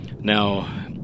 Now